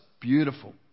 beautiful